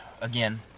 again